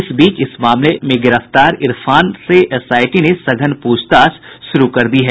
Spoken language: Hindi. इस बीच इस मामले में गिरफ्तार इरफान से एसआईटी ने सघन प्रछताछ शुरू कर दी है